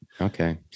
Okay